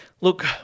Look